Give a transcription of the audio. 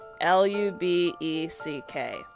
L-U-B-E-C-K